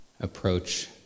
approach